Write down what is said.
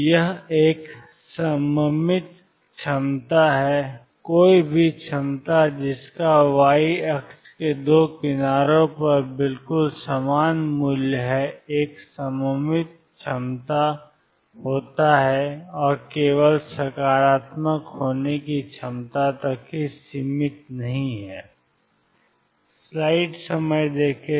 तो यह एक सममित क्षमता है कोई भी क्षमता जिसका y अक्ष के दो किनारों पर बिल्कुल समान मूल्य है एक सममित क्षमता है और केवल सकारात्मक होने की क्षमता तक ही सीमित नहीं है